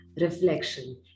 reflection